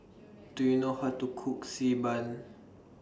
Do YOU know How to Cook Xi Ban